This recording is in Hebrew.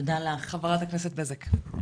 חברת הכנסת בזק.